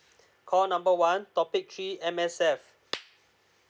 call number one topic three M_S_F